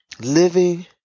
living